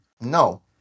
no